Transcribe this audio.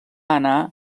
anar